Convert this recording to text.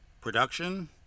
production